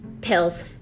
Pills